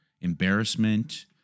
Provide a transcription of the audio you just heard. embarrassment